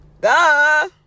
Duh